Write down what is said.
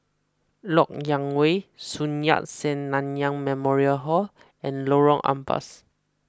Lok Yang Way Sun Yat Sen Nanyang Memorial Hall and Lorong Ampas